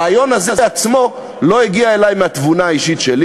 הרעיון הזה עצמו לא הגיע אלי מהתבונה האישית שלי.